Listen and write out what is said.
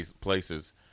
places